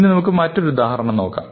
ഇനി നമുക്ക് മറ്റൊരുദാഹരണം നോക്കാം